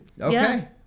Okay